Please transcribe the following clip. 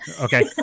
Okay